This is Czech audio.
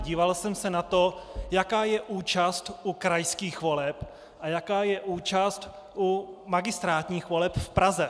Díval jsem se na to, jaká je účast u krajských voleb a jaká je účast u magistrátních voleb v Praze.